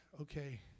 okay